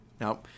Now